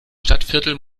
stadtviertel